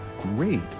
great